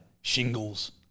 Shingles